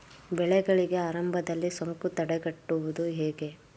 ಬೆಳೆಗಳಿಗೆ ಆರಂಭದಲ್ಲಿ ಸೋಂಕು ತಡೆಗಟ್ಟುವುದು ಹೇಗೆ?